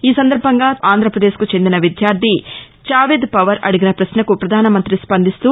ఈ సందర్బంగా ఆంధ్రాపదేశ్కు చెందిన విద్యార్ణి చావెద్ పవర్ అడిగిన పశ్నకు పధానమంత్రి స్పందిస్తూ